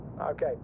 okay